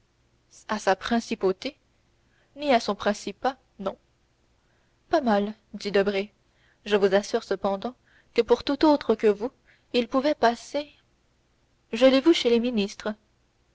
à sa principauté si à son principat non pas mal dit debray je vous assure cependant que pour tout autre que vous il pouvait passer je l'ai vu chez les ministres